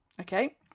Okay